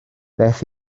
beth